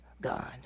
God